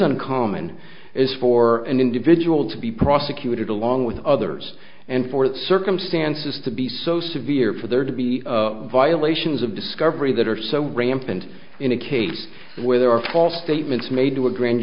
uncommon is for an individual to be prosecuted along with others and for the circumstances to be so severe for there to be violations of discovery that are so rampant in a case where there are false statements made to a grand